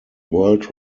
world